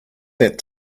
that